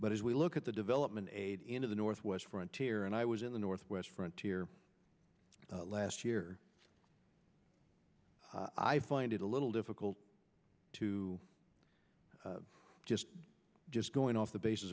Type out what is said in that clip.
but as we look at the development aid into the northwest frontier and i was in the northwest frontier last year i find it a little difficult to just just going off the bas